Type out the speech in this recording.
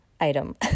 item